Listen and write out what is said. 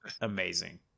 amazing